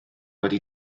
wedi